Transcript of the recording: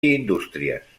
indústries